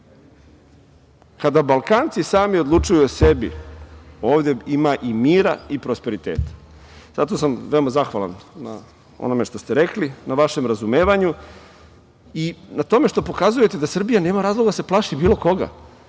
Kada Balkanci sami odlučuju o sebi ovde ima i mira i prosperiteta. Zato sam veoma zahvalan na onome što ste rekli, na vašem razumevanju i na tome što pokazujete da Srbija nema razloga da se plaši bilo koga.